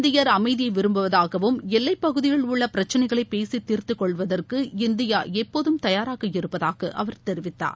இந்தியர் அமைதியை விரும்புவதாகவும் எல்லைப் பகுதியில் உள்ள பிரச்சினைகளை பேசி தீர்த்துக்கொள்வதற்கு இந்தியா எப்போதும் தயாராக இருப்பதாக அவர் தெரிவித்தார்